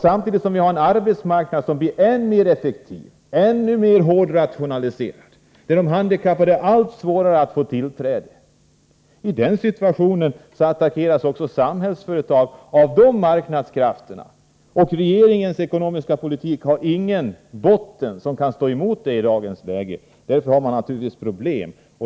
Samtidigt har vi en arbetsmarknad som blir ännu mer effektiv, ännu mer hårdrationaliserad, där de handikappade har allt svårare att få tillträde. I den situationen attackeras också Samhällsföretag av dessa marknadskrafter. Regeringens ekonomiska politik har ingen grundval som kan stå emot detta i dagens läge, och därför har man naturligtvis problem.